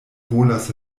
volas